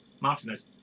Martinez